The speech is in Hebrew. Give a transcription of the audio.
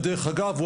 ודרך אגב,